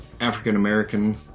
african-american